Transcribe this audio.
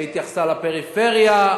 שהתייחסה לפריפריה,